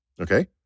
okay